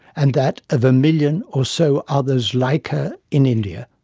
and that of a million or so others like her in india,